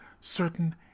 certain